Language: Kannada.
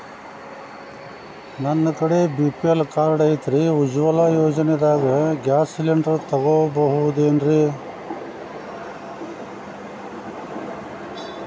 ನನ್ನ ಕಡೆ ಬಿ.ಪಿ.ಎಲ್ ಕಾರ್ಡ್ ಐತ್ರಿ, ಉಜ್ವಲಾ ಯೋಜನೆದಾಗ ಗ್ಯಾಸ್ ಸಿಲಿಂಡರ್ ತೊಗೋಬಹುದೇನ್ರಿ?